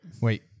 Wait